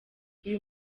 uyu